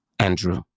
Andrew